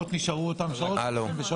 הרוויזיה הוגשה על סעיף ג', בקשת